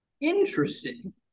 Interesting